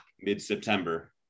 mid-september